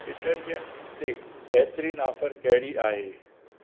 detergent ते बहितरीन offer कहिड़ी आहे